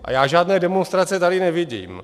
A já žádné demonstrace tady nevidím.